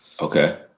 okay